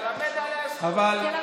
לא, תלמד עליה זכות.